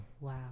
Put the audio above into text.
wow